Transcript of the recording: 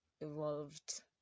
evolved